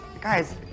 guys